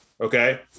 Okay